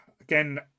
again